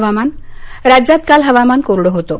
हवामान राज्यात काल हवामान कोरडं होतं